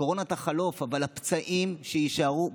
הקורונה תחלוף, אבל הפצעים שיישארו בחברה,